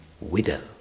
widow